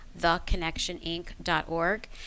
theconnectioninc.org